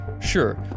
Sure